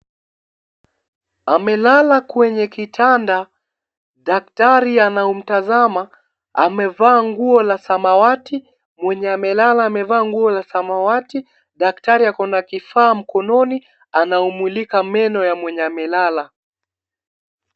Amelala kwenye kitanda. Daktari anamtazama amevaa nguo la samawati . Mwenye amelala amevaa nguo za samawati. Daktari ako na kifaa mkononi anaomulika meno ya mwenye amelala.